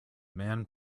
man